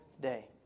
day